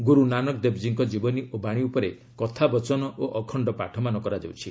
ଗୁର୍ ନାନକଦେବଟ୍ଟୀଙ୍କ ଜୀବନୀ ଓ ବାଣୀ ଉପରେ କଥାବଚନ ଓ ଅଖଣ୍ଡ ପାଠମାନ କରାଯାଉଛି